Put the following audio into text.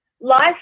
life